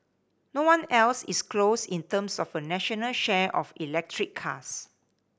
no one else is close in terms of a national share of electric cars